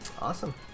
Awesome